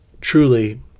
truly